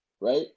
right